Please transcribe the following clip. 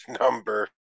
number